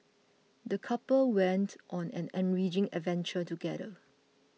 the couple went on an enriching adventure together